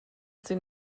sind